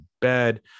bed